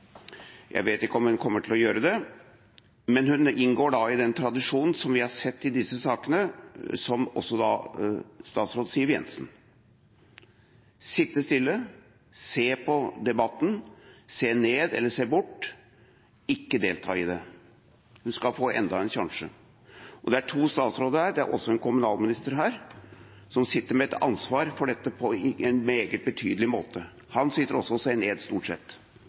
Jeg vet ikke om hun kommer til å gjøre det. Men hun inngår da i den tradisjonen som vi har sett i disse sakene, også fra statsråd Siv Jensen: sitte stille, se på debatten, se ned eller se bort – ikke delta i det. Hun skal få enda en sjanse. Og det er to statsråder her – det er også en kommunalminister her, som sitter med et ansvar for dette på en meget betydelig måte. Han sitter også og ser ned, stort sett